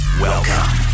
Welcome